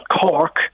Cork